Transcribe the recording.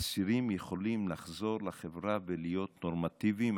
אסירים יכולים לחזור לחברה ולהיות נורמטיביים.